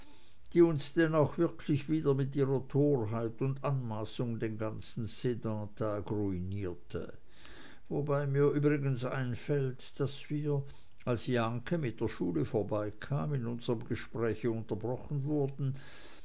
die uns denn auch wirklich wieder mit ihrer torheit und anmaßung den ganzen sedantag ruinierte wobei mir übrigens einfällt daß wir als jahnke mit der schule vorbeikam in unserem gespräch unterbrochen wurden